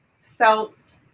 felt